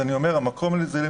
המקום לזה הוא